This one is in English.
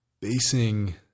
basing